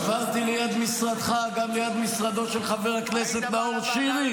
אדוני שר המשפטים,